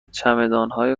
چمدانهای